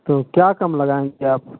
तो क्या कम लगाएंगे आप